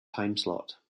timeslot